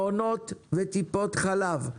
מעונות וטיפות חלב,